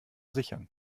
sichern